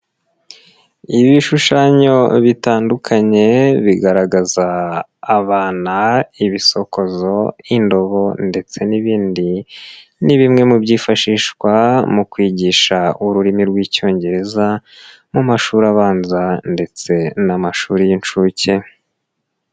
Ibishushanyo bitandukanye bigaragaza abana, ibisokozo, indobo ndetse n'ibindi, ni bimwe mu byifashishwa mu kwigisha ururimi rw'icyongereza mu mashuri abanza ndetse n'amashuri y'inshuke.